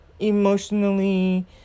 emotionally